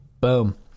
Boom